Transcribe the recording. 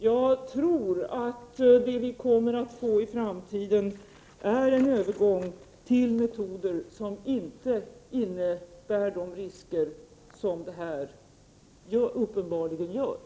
Jag tror att vi i framtiden kommer att få en övergång till metoder som inte innebär de risker som den här metoden uppenbarligen innebär.